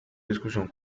discusión